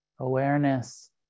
Awareness